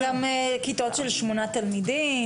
הם גם כיתות של שמונה תלמידים,